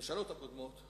הקודמות